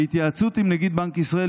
בהתייעצות עם נגיד בנק ישראל,